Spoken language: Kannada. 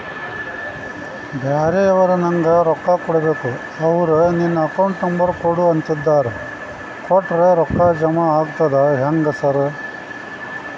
ಬ್ಯಾರೆವರು ನಂಗ್ ರೊಕ್ಕಾ ಕೊಡ್ಬೇಕು ಅವ್ರು ನಿನ್ ಅಕೌಂಟ್ ನಂಬರ್ ಕೊಡು ಅಂತಿದ್ದಾರ ಕೊಟ್ರೆ ರೊಕ್ಕ ಜಮಾ ಆಗ್ತದಾ ಹೆಂಗ್ ಸಾರ್?